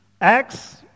Acts